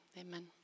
amen